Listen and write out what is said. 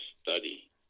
study